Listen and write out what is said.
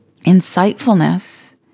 insightfulness